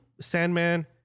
Sandman